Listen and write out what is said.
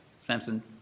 Samson